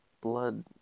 Blood